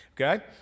Okay